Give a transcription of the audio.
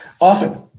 often